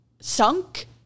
sunk